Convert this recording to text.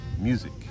music